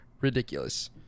ridiculous